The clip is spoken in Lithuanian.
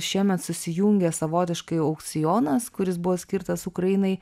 šiemet susijungė savotiškai aukcionas kuris buvo skirtas ukrainai